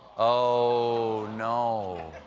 oh, no,